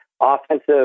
Offensive